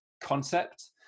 concept